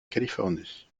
californie